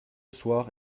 soir